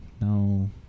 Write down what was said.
No